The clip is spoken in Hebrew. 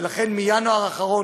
ולכן, בינואר האחרון,